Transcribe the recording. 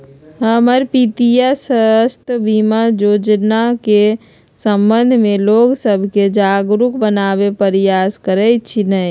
हमर पितीया स्वास्थ्य बीमा जोजना के संबंध में लोग सभके जागरूक बनाबे प्रयास करइ छिन्ह